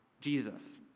Jesus